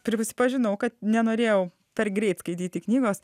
prisipažinau kad nenorėjau per greit skaityti knygos